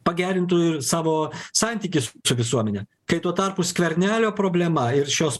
pagerintų savo santykį su visuomene kai tuo tarpu skvernelio problema ir šios